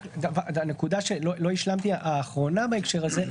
הנקודה שלא השלמתי האחרונה בהקשר הזה,